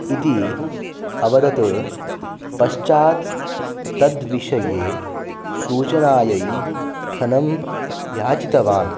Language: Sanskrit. इति अवदत् पश्चात् तद्विषये सूचनायै धनं याचितवान्